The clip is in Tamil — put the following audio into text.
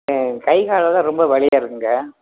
ஆ கை காலெல்லாம் ரொம்ப வலியா இருக்குதுங்க